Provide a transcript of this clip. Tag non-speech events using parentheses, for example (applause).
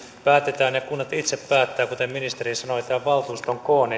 päätetään ja kunnat itse päättävät kuten ministeri sanoi tämän valtuuston koon (unintelligible)